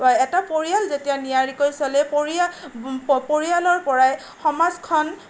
এটা পৰিয়াল যেতিয়া নিয়াৰিকৈ চলে পৰিয়াল পৰিয়ালৰ পৰাই সমাজখন